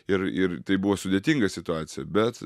ir ir tai buvo sudėtinga situacija bet